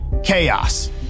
Chaos